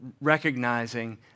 recognizing